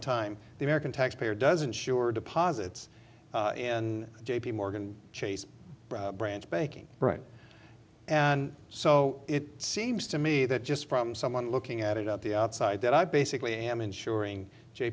point time the american taxpayer doesn't sure deposits in j p morgan chase branch banking right and so it seems to me that just from someone looking at it at the outside that i basically am insuring j